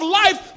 life